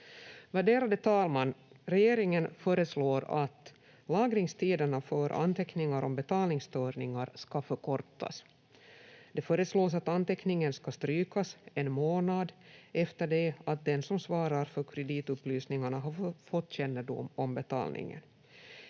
Värderade talman! Regeringen föreslår att lagringstiderna för anteckningar om betalningsstörningar ska förkortas. Det föreslås att anteckningen ska strykas en månad efter det att den som svarar för kreditupplysningarna har fått kännedom om betalningen.